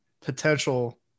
potential